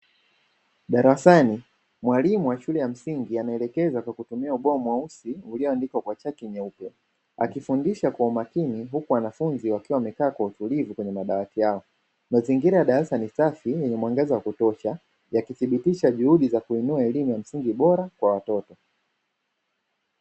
Darasani mwalimu wa shule ya msingi anaelekeza kwa kutumia ubao mweusi, ulioandikwa kwa chaki nyeupe, akifundisha kwa umakini huku wanafunzi wakiwa wamekaa kwa utulivu kwenye madawati yao, mazingira ya darasa ni safi yenye mwangaza wa kutosha, yakithibitisha juhudi za kuinua elimu ya msingi bora kwa watoto.